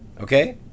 Okay